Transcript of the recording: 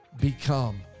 become